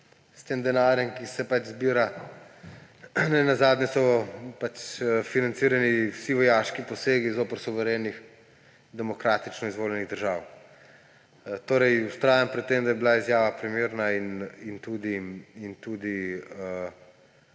s tem denarjem, ki se pač zbira. Nenazadnje so financirani vsi vojaški posegi zoper suverene, demokratično izvoljene države. Torej vztrajam pri tem, da je bila izjava primerna in tudi